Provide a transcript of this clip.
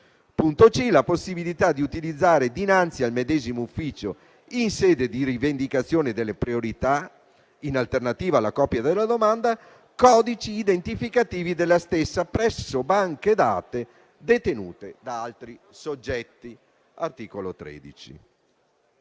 prevista la possibilità di utilizzare, dinanzi al medesimo ufficio in sede di rivendicazione delle priorità, in alternativa alla copia della domanda, codici identificativi della stessa presso banche dati detenute da altri soggetti (articolo 13);